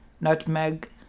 nutmeg